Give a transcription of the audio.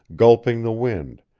gulping the wind,